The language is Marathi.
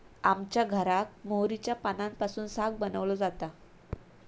आमच्या घराक मोहरीच्या पानांपासून साग बनवलो जाता